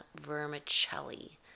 vermicelli